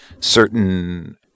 certain